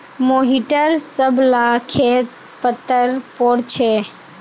मोहिटर सब ला खेत पत्तर पोर छे